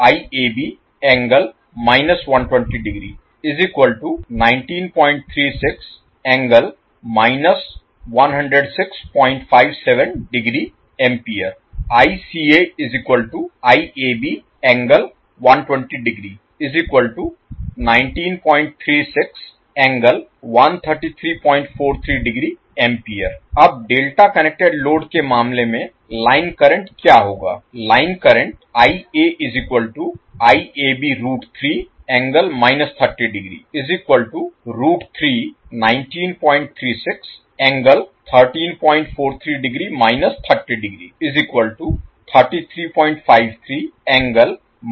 तो आप आसानी से फेज करंट की वैल्यू पता कर सकते हैं अब डेल्टा कनेक्टेड लोड के मामले में लाइन करंट क्या होगा